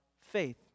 faith